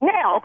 Now